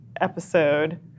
episode